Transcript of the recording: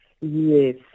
Yes